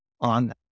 on